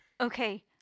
Okay